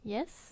Yes